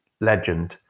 legend